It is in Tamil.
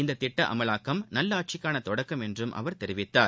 இந்த திட்ட அமலாக்கம் நல்லாட்சிக்காள தொடக்கம் என்றும் அவர் தெரிவித்தார்